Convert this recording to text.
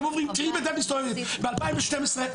ב-2012,